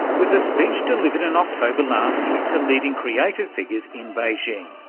was a speech delivered in october last year to leading creative figures in beijing,